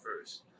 first